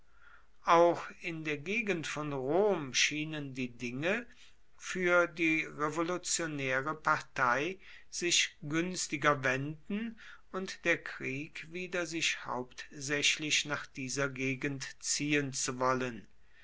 auch in der umgegend von rom schienen die dinge für die revolutionäre partei sich günstiger wenden und der krieg wieder sich hauptsächlich nach dieser gegend ziehen zu wollen